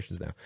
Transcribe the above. now